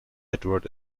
edward